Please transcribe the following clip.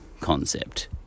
concept